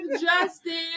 Justin